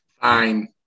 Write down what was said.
Fine